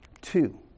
Two